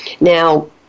Now